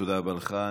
תודה רבה לך.